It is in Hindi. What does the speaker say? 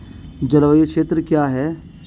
जलवायु क्षेत्र क्या है?